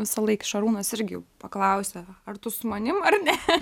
visąlaik šarūnas irgi paklausia ar tu su manim ar ne